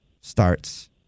starts